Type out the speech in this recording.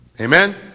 Amen